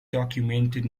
documented